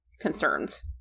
concerns